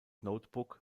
notebook